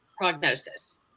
prognosis